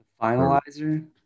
Finalizer